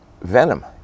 venom